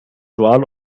one